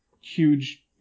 huge